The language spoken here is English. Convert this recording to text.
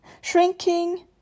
Shrinking